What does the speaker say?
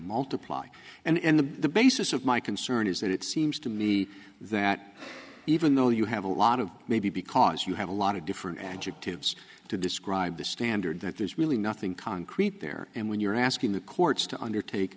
multiply and the basis of my concern is that it seems to me that even though you have a lot of maybe because you have a lot of different adjectives to describe the standard that there's really nothing concrete there and when you're asking the courts to undertake